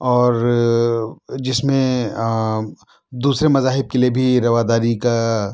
اور جس میں دوسرے مذاہب کے لیے بھی رواداری کا